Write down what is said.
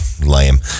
Lame